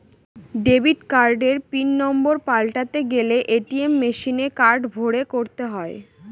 debit কার্ডের pin number পাল্টাতে গেলে এ.টি.এম মেশিনে কার্ড ভোরে করতে হয়